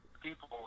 people